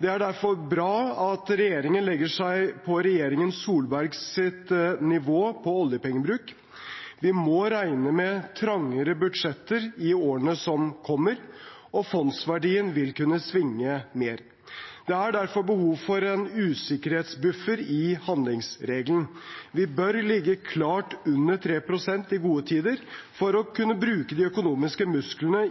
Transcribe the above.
Det er derfor bra at regjeringen legger seg på regjeringen Solbergs nivå på oljepengebruk. Vi må regne med trangere budsjetter i årene som kommer, og fondsverdien vil kunne svinge mer. Det er derfor behov for en usikkerhetsbuffer i handlingsregelen. Vi bør ligge klart under 3 pst. i gode tider for å kunne bruke de økonomiske musklene